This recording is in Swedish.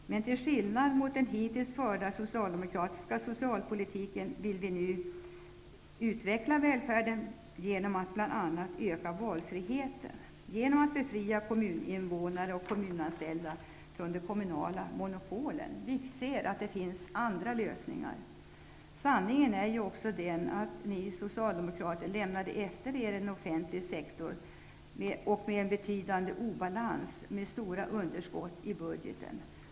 Till skillnad från den hittills förda socialdemokratiska socialpolitiken vill vi utveckla välfärden bl.a. genom att öka valfriheten, genom att befria kommuninvånare och kommunanställda från de kommunala monopolen. Vi ser alltså andra lösningar. Sanningen är ju också den att ni socialdemokrater lämnade efter er en offentlig sektor i betydande obalans och med stora underskott i budgeten.